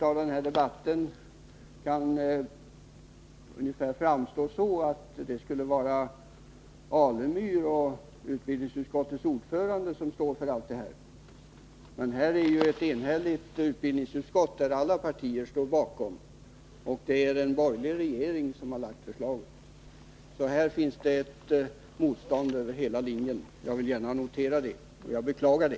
Av denna debatt kanske man kan dra den slutsatsen att det är utbildningsutskottets ordförande Stig Alemyr som står för allt det som vi här kritiserar. Men det är ett enhälligt utbildningsutskott, så alla partier står bakom beslutet. Och det är en borgerlig regering som lagt fram förslaget. Här finns det alltså ett motstånd över hela linjen. Jag vill gärna notera det — och jag beklagar det.